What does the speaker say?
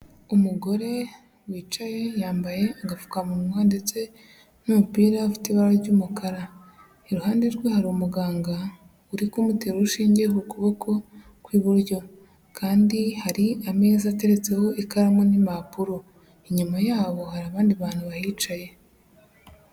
Umugore wicaye yambaye agapfukamunwa ndetse n'umupira ufite ibara ry'umukara. Iruhande rwe hari umuganga uri kumutera urushinge ku kuboko kw'iburyo. Kandi hari ameza ateretseho ikaramu n'impapuro, inyuma yabo hari abandi bantu bahicaye.